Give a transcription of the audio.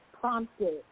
prompted